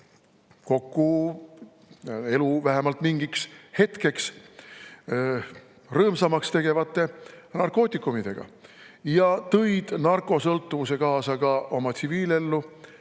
kokku elu vähemalt mingiks hetkeks rõõmsamaks tegevate narkootikumidega. Ja nad tõid narkosõltuvuse kaasa ka oma tsiviilellu